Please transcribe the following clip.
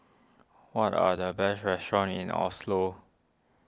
what are the best restaurants in Oslo